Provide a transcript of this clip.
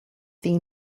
theme